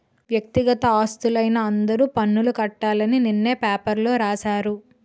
వ్యక్తిగత ఆస్తులైన అందరూ పన్నులు కట్టాలి అని నిన్ననే పేపర్లో రాశారు